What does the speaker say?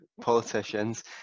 politicians